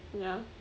ya